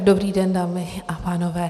Dobrý den dámy a pánové.